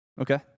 Okay